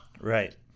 Right